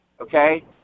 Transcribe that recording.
Okay